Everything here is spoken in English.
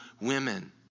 women